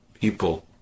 people